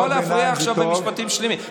אבל לא להפריע עכשיו במשפטים שלמים.